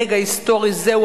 רגע היסטורי זה,